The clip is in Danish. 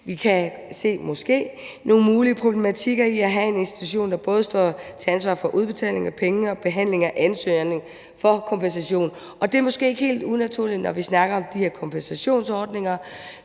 Vi kan se – måske – nogle mulige problematikker i at have en institution, der både er ansvarlig for udbetaling af penge og behandling af ansøgninger om kompensation, og det er måske ikke helt unaturligt, når vi snakker om de her kompensationsordninger.